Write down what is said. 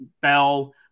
Bell